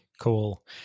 Cool